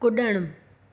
कुड॒णु